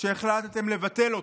שהחלטתם לבטל אותו.